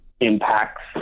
impacts